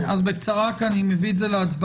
כן, אז בקצרה כי אני מביא את זה להצבעה.